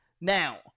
now